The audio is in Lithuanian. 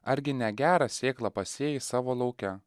argi ne gerą sėklą pasėjai savo lauke